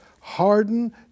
harden